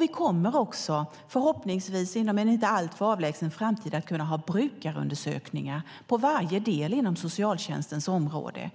Vi kommer också, förhoppningsvis inom en inte alltför avlägsen framtid, att kunna ha brukarundersökningar inom varje del av socialtjänstens område.